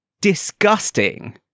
disgusting